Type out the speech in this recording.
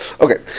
Okay